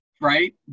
right